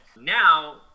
Now